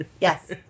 Yes